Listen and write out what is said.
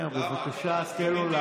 להשאיר לנו,